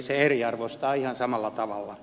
se eriarvoistaa ihan samalla tavalla